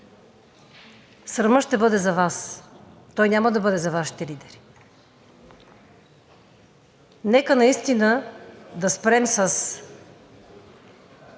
срамът ще бъде за Вас, той няма да бъде за Вашите лидери. Нека наистина да спрем с